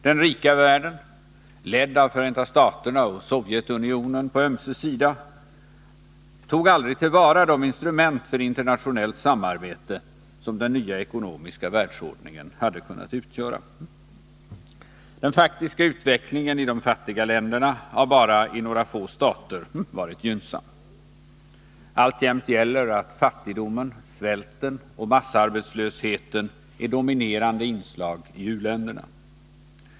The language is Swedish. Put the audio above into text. Den rika världen, ledd av Förenta staterna och Sovjetunionen på var sin sida, tog aldrig till vara de instrument för internationellt samarbete som den nya ekonomiska världsordningen hade kunnat utgöra. Den faktiska utvecklingen i de fattiga länderna har bara i relativt få stater varit gynnsam. Alltjämt gäller att fattigdomen, svälten och massarbetslösheten är dominerande inslag i u-länderna.